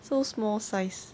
so small size